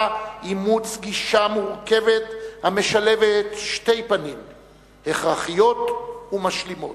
אימוץ גישה מורכבת המשלבת שתי פנים הכרחיות ומשלימות.